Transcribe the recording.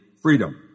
Freedom